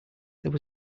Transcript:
there